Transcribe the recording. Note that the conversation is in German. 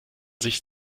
sich